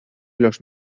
los